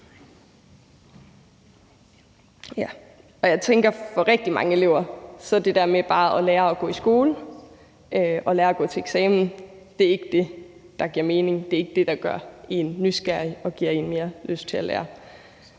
Jeg tænker, at for rigtig mange elever er det der med bare at lære at gå i skole og lære at gå til eksamen ikke det, der giver mening; det er ikke det, der gør en nysgerrig og giver en mere lyst til at lære.